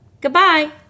Goodbye